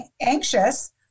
anxious